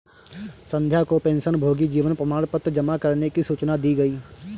संध्या को पेंशनभोगी जीवन प्रमाण पत्र जमा करने की सूचना दी गई